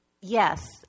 Yes